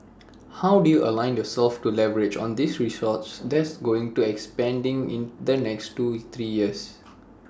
how do you align yourselves to leverage on this resource that's going to expanding in the next two three years